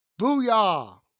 Booyah